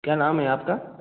क्या नाम है आपका